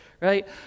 right